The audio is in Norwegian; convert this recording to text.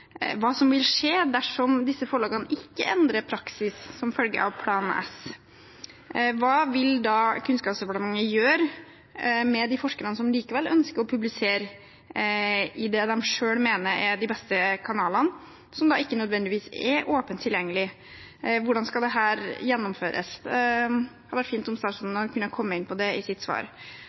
hva som vil skje dersom disse forlagene ikke endrer praksis som følge av Plan S. Hva vil Kunnskapsdepartementet da gjøre med forskerne som likevel ønsker å publisere i det de selv mener er de beste kanalene, som ikke nødvendigvis er åpent tilgjengelige? Hvordan skal dette gjennomføres? Det hadde vært fint om statsråden hadde kunnet komme inn på det i sitt svar.